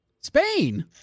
Spain